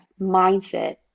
mindset